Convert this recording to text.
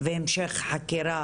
ואיפה מתקיים המשך חקירה?